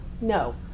No